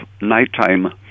nighttime